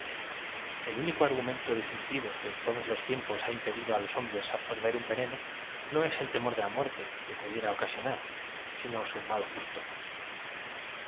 el único argumento definitivo que en todos los tiom pos ha impedido á los hombres absorber un veneno no es e l temor de ia muerte que pudiera ocasionar sino su m al gusto